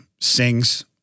sings